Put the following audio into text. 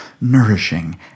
nourishing